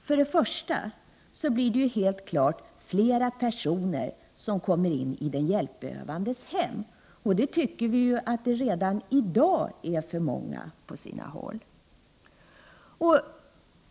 Framför allt blir det helt klart fler personer som kommer in i den hjälpbehövandes hem, och vi tycker att det redan i dag är för många på sina håll.